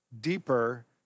deeper